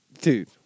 Dude